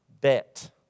bet